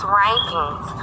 rankings